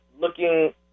looking